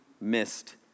missed